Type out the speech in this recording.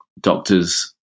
doctor's